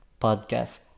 podcast